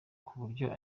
kuburyo